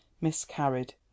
miscarried